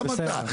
גם אתה.